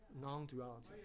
Non-duality